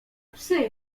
psy